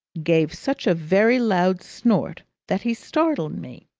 gave such a very loud snort that he startled me.